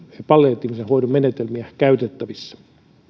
palliatiivisen hoidon menetelmiä käytettävissä